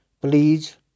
Please